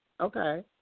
Okay